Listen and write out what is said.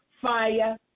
fire